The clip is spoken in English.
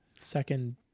second